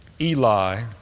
Eli